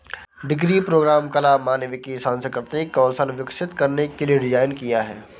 degree program कला, मानविकी, सांस्कृतिक कौशल विकसित करने के लिए डिज़ाइन किया है